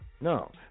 no